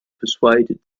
persuaded